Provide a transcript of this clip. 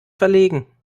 verlegen